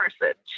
person